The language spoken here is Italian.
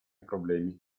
problemi